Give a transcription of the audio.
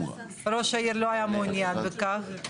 ראש העיר לא היה מעוניין בכך,